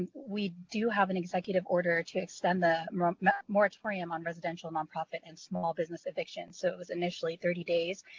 and we do have an executive order to extend the moratorium on residential nonprofit and the small business evictions. so it was initially thirty days.